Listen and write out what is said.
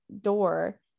door